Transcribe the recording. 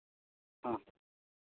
ᱦᱮᱸ